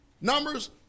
Numbers